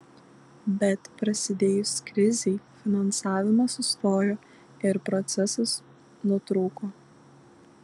bet prasidėjus krizei finansavimas sustojo ir procesas nutrūko